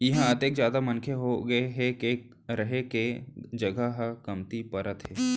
इहां अतेक जादा मनखे होगे हे के रहें के जघा ह कमती परत हे